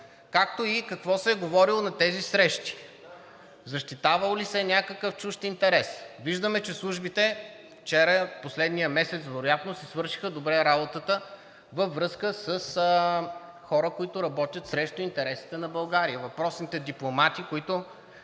както и какво се е говорело на тези срещи? Защитавал ли се е някакъв чужд интерес? Виждаме, че службите вчера – и в последния месец вероятно, си свършиха добре работата във връзка с хора, които работят срещу интересите на България, въпросните дипломати, които